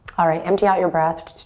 alright, empty out your breath.